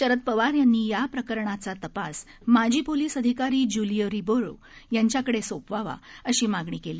शरद पवार यांनी या प्रकरणाचा तपास माजी पोलीस अधिकारी ज्युलिओ रिबेरो यांच्याकडे सोपवावा अशी मागणी केली